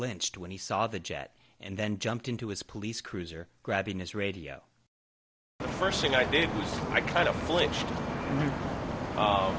flinched when he saw the jet and then jumped into his police cruiser grabbing his radio first thing i did i kind of